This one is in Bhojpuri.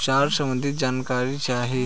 उपचार सबंधी जानकारी चाही?